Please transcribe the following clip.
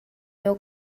meu